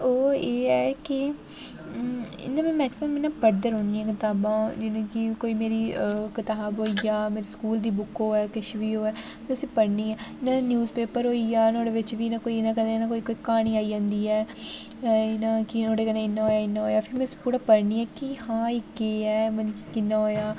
ओह् एह् ऐ कि इ'यां में मैक्सिम्म इ'यां पढ़दे रौह्न्नी कताबां जि'यां कि कोई मेरी कताब होइया मेरी स्कूल दी बुक होऐ किश बी होऐ में उसी पढ़नी आं न्यूज़ पेपर होइया नुहाड़े बिच बी कदें ना कोई कदें इक क्हानी आई जंदी ऐ इ'यां कि नुहाड़े कन्नै इ'यां होया इ'यां होया फिर में उसी थोह्ड़ा पढ़नी आं कि हां एह् केह् ऐ मतलब कि'यां होया